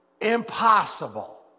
impossible